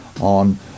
on